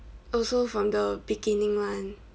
also from the beginning [one]